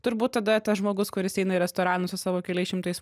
turbūt tada tas žmogus kuris eina į restoranus su savo keliais šimtais